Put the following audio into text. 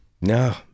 no